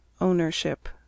Ownership